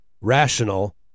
rational